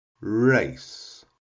Race